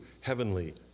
heavenly